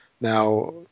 Now